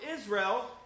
Israel